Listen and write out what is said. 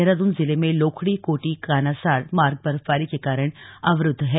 देहराद्रन जिले में लोखड़ी कोटी कानासार मार्ग बर्फबारी के कारण अवरुद्ध है